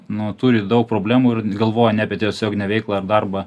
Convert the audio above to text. nu turi daug problemų ir n galvoja ne apie tiesioginę veiklą ar darbą